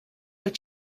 were